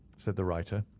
said the writer,